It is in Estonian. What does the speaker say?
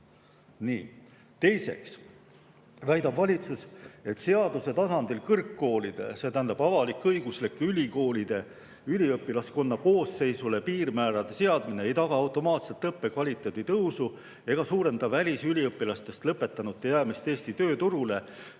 Teiseks väidab valitsus, et seaduse tasandil kõrgkoolide, see tähendab avalik-õiguslike ülikoolide üliõpilaskonna koosseisule piirmäärade seadmine ei taga automaatselt õppekvaliteedi tõusu ega suurenda välisüliõpilastest lõpetanute jäämist Eesti tööturule.